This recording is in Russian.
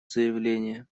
заявление